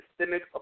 systemic